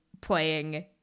playing